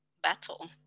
battle